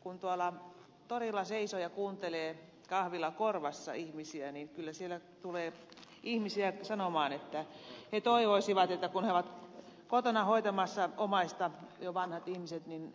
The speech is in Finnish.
kun tuolla torilla seisoo ja kuuntelee kahvila korvassa ihmisiä niin kyllä siellä tulee ihmisiä sanomaan että he toivoisivat kun he ovat kotona hoitamassa omaista jo vanhat ihmiset että